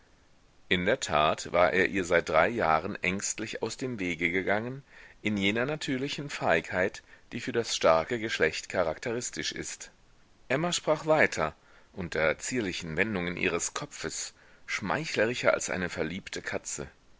in der tat war er ihr seit drei jahren ängstlich aus dem wege gegangen in jener natürlichen feigheit die für das starke geschlecht charakteristisch ist emma sprach weiter unter zierlichen sendungen ihres kopfes schmeichlerischer als eine verliebte katze